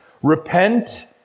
Repent